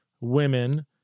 women